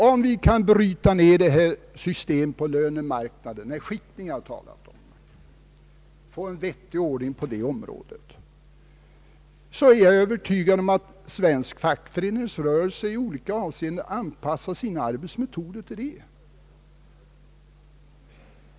Om vi kan bryta ned detta system på lönemarknaden — den skiktning som jag har talat om — och få en vettig ordning på detta område, är jag övertygad om att svensk fackföreningsrörelse då i olika avseenden skulle anpassa sina arbetsmetoder härtill.